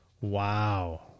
Wow